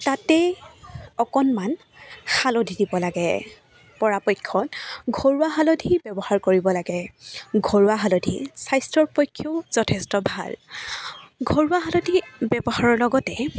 তাতে অকনমান হালধি দিব লাগে পৰাপক্ষত ঘৰুৱা হালধি ব্যৱহাৰ কৰিব লাগে ঘৰুৱা হালধি স্বাস্থ্যৰ পক্ষেও যথেষ্ট ভাল ঘৰুৱা হালধি ব্যৱহাৰৰ লগতে